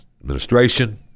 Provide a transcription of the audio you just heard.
administration